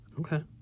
Okay